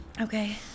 Okay